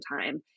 time